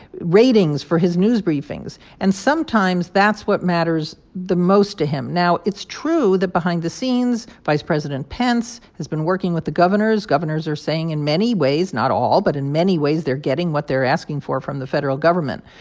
ratings for his news briefings. and sometimes, that's what matters the most to him. now, it's true that behind the scenes, vice president pence has been working with the governors. governors are saying in many ways not all, but in many ways they're getting what they're asking for from the federal government.